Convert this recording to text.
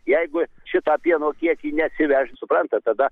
jeigu šitą pieno kiekį neatsivešt suprantat tada